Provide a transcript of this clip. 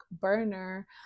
burner